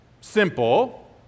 simple